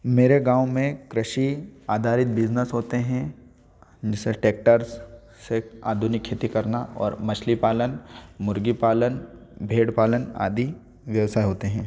मेरे गाँव में कृषि आधारित बिजनस होते हैं जैसे टैक्टर्स से आधुनिक खेती करना और मछली पालन मूर्गी पालन भेड़ पालन आदि व्यवसाय होते हैं